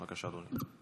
בבקשה, אדוני.